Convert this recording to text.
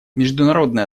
международные